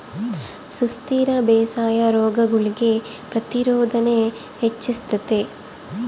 ಸುಸ್ಥಿರ ಬೇಸಾಯಾ ರೋಗಗುಳ್ಗೆ ಪ್ರತಿರೋಧಾನ ಹೆಚ್ಚಿಸ್ತತೆ